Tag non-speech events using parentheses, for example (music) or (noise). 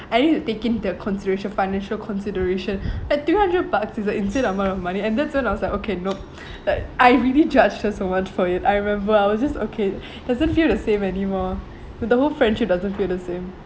I need to take into consideration financial consideration like three hundred bucks is an insane amount of money and that's when I was like okay nope like I really judged her so much for it I remember I was okay (breath) doesn't feel the same anymore with the whole friendship doesn't feel the same